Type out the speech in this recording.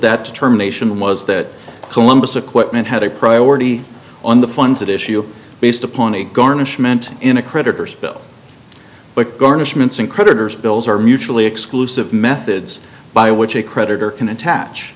that term nation was that columbus equipment had a priority on the funds at issue based upon a garnishment in a creditor's bill but garnishments and creditors bills are mutually exclusive methods by which a creditor can attach